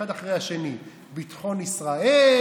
אחד אחרי השני: ביטחון ישראל,